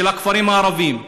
של הכפרים הערביים.